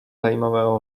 zajímavého